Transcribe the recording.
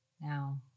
Now